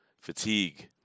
fatigue